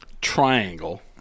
triangle